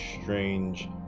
strange